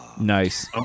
nice